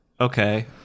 Okay